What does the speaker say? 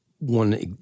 One